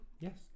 Yes